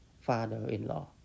father-in-law